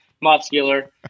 muscular